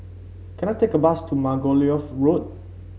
can I take a bus to Margoliouth Road